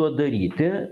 to daryti